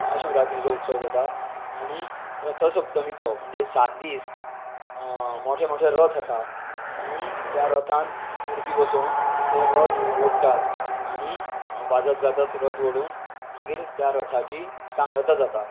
महाशिवरात्रेचो उत्सव जाता आणी रथसप्तमीचो म्हणजे सात दीस मोठे मोठे रथ आसा आनी त्या रथात मुर्ती बसोवन ते रथ ओडटात आनी वाजत गाजत रथ ओडून मागीर त्या रथांची सांगता जाता